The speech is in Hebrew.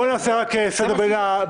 לא עשית שום מיזוג סיעות.